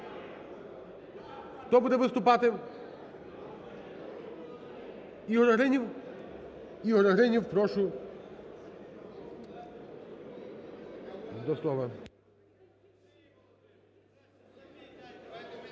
Хто буде виступати? Ігор Гринів? Ігор Гринів, прошу до слова.